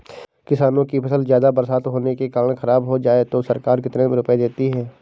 किसानों की फसल ज्यादा बरसात होने के कारण खराब हो जाए तो सरकार कितने रुपये देती है?